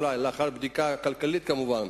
אחרי בדיקה כלכלית כמובן.